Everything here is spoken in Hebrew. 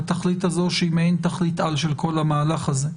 בתכלית הזאת שהיא מעין תכלית-על של כל המהלך הזה.